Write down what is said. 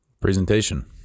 presentation